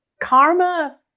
Karma